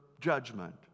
judgment